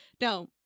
Now